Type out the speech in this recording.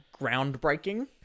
groundbreaking